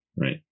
right